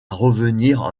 revenir